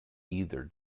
either